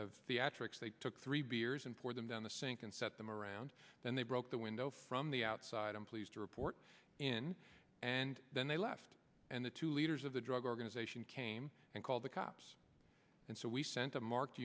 of theatrical they took three beers and poured them down the sink and set them around then they broke the window from the outside i'm pleased to report in and then they left and the two leaders of the drug organization came and called the cops and so we sent a marked